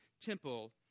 temple